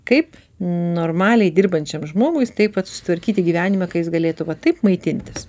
kaip normaliai dirbančiam žmogui taip vat susitvarkyti gyvenimą ka jis galėtų va taip maitintis